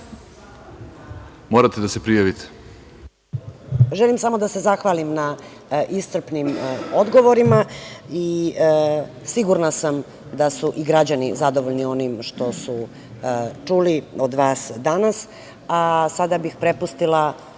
Mihailović Vacić** Želim samo da se zahvalim na iscrpnim odgovorima i sigurna sam da su i građani zadovoljni onim što su čuli od vas danas. Sada bih prepustila